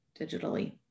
digitally